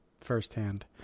firsthand